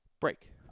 break